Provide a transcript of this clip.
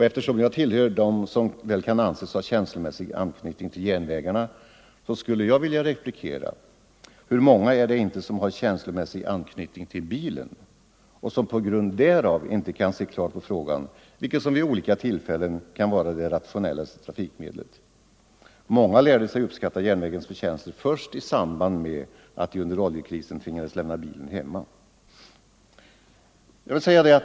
Eftersom jag tillhör dem som väl kan anses ha känslomässig anknytning till järnvägarna skulle jag vilja replikera: Hur många är det inte som har känslomässig anknytning till bilen och som på grund därav inte kan se klart på frågan, vilket som vid olika tillfällen kan vara det rationellaste trafikmedlet. Många lärde sig uppskatta järnvägens förtjänster först i samband med att de under oljekrisen tvingades lämna bilen hemma.